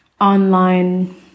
online